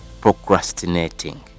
procrastinating